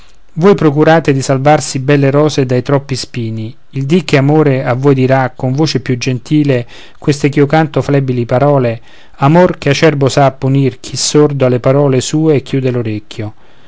voi procurate di salvar sì belle rose dai troppi spini il dì che amore a voi dirà con voce più gentile queste ch'io canto flebili parole amor che acerbo sa punir chi sordo alle parole sue chiude